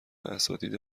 اساتید